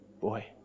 boy